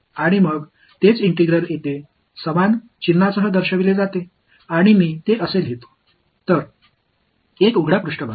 பின்னர் அதே இன்டெக்ரால்ஸ் இங்கே அதே சின்னத்துடன் குறிப்பிடப்படுகிறது எனவே ஒரு திறந்த மேற்பரப்பு அது எவ்வளவு அளவை இணைக்கிறது என்பதைப் பற்றி என்னால் கூற முடியாது